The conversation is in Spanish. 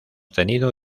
tenido